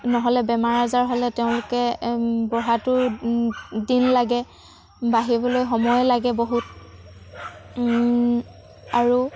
নহ'লে বেমাৰ আজাৰ হ'লে তেওঁলোকে বঢ়াটো দিন লাগে বাঢ়িবলৈ সময় লাগে বহুত আৰু